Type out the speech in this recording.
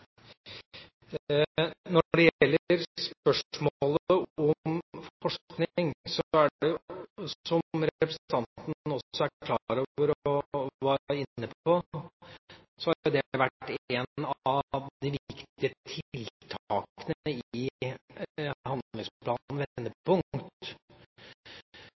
når det gjelder juridisk kompetanse. Når det gjelder spørsmålet om forskning, har jo det, som representanten også er klar over og var inne på, vært et av de viktige tiltakene i